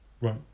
Right